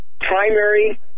primary